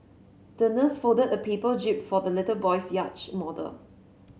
the nurse folded a paper jib for the little boy's yacht model